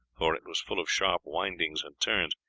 for it was full of sharp windings and turnings.